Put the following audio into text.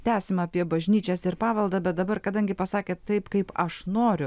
tęsim apie bažnyčias ir paveldą bet dabar kadangi pasakėt taip kaip aš noriu